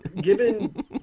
Given